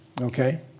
Okay